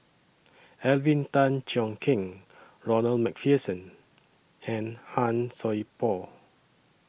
Alvin Tan Cheong Kheng Ronald MacPherson and Han Sai Por